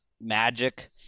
magic